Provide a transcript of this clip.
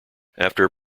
after